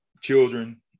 children